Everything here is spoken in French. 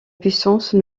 puissance